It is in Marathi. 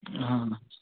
हां